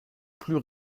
plus